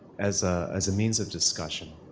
as ah as a means of discussion,